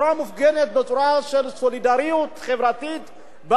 בצורה של סולידריות חברתית באה ואומרת,